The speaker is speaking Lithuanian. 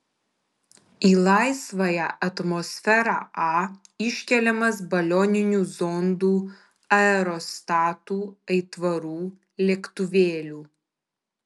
į laisvąją atmosferą a iškeliamas balioninių zondų aerostatų aitvarų lėktuvėlių